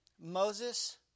Moses